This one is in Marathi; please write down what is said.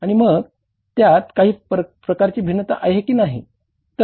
आणि मग त्यात काही प्रकारचे भिन्नता आहे की नाही